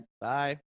Bye